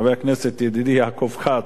חבר הכנסת ידידי יעקב כץ,